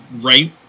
right